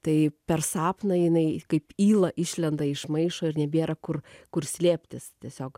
tai per sapną jinai kaip yla išlenda iš maišo ir nebėra kur kur slėptis tiesiog